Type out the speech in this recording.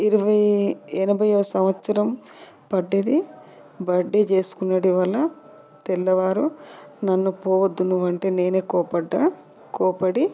ఇరవై ఎనభైవ సంవత్సరం పడ్డది బర్త్డే చేసుకునేటి వల్ల తెల్లవారు నన్ను పోవొద్దు నువ్వంటే నేనే కోపడ్డ కోప్పడి